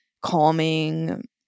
calming